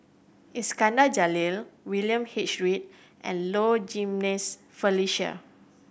Iskandar Jalil William H Read and Low Jimenez Felicia